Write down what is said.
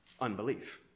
unbelief